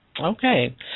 Okay